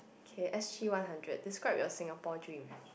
okay S_G one hundred describe your Singapore dream